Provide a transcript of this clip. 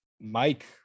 Mike